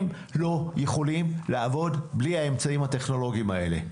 הם לא יכולים לעבוד בלי האמצעים הטכנולוגיים האלה.